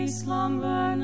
slumber